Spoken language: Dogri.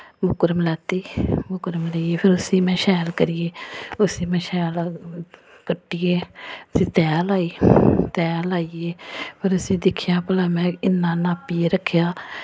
बुकरम लैत्ती बुकरम लेइयै फिर उस्सी में शैल करियै उस्सी में शैल कट्टियै तैऽ लाई तैऽ लाइयै फिर उस्सी दिक्खेआ भला में इन्ना नापियै रक्खेआ